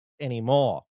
anymore